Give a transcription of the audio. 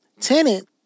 Tenant